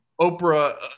Oprah